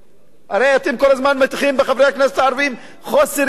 הרי אתם כל הזמן מטיחים בחברי הכנסת הערבים חוסר אמון,